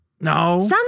no